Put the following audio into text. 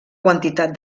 quantitat